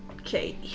Okay